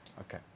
Okay